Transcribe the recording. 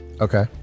Okay